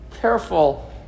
careful